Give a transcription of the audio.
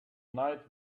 night